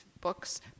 books